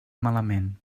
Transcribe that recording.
malament